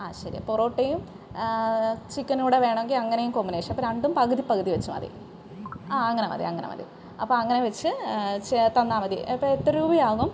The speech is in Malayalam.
ആ ശരി പൊറോട്ടയും ചിക്കൻ കൂടെ വേണമെങ്കിൽ അങ്ങനേയും കോമ്പിനേഷൻ അപ്പം രണ്ടും പകുതി പകുതി വെച്ച് മതി ആ അങ്ങനെ മതി അങ്ങനെ മതി അപ്പം അങ്ങനെ വെച്ച് തന്നാൽ മതി അപ്പം എത്ര രൂപയാകും